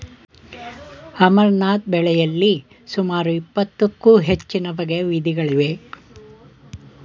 amaranth ಬೆಳೆಯಲಿ ಸುಮಾರು ಇಪ್ಪತ್ತಕ್ಕೂ ಹೆಚ್ಚುನ ಬಗೆಯ ವಿಧಗಳಿವೆ